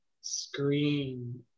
screen